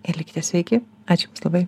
ir likite sveiki ačiū labai